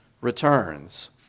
returns